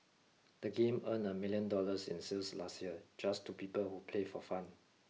the game earned a million dollars in sales last year just to people who play for fun